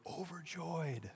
overjoyed